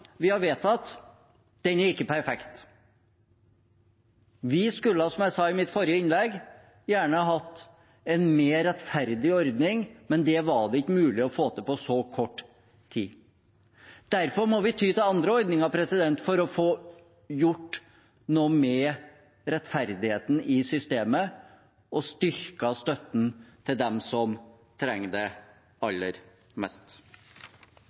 vi har vedtatt, ikke er perfekt. Vi skulle, som jeg sa i mitt forrige innlegg, gjerne hatt en mer rettferdig ordning, men det var det ikke mulig å få til på så kort tid. Derfor må vi ty til andre ordninger for å få gjort noe med rettferdigheten i systemet og styrket støtten til dem som trenger det aller mest.